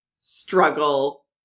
struggle